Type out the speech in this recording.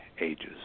ages